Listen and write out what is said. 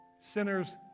sinners